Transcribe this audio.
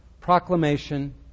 Proclamation